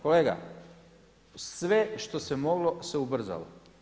Kolega, sve što se moglo se ubrzalo.